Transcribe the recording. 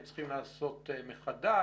הם צריכים לעשות מחדש?